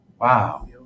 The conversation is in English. wow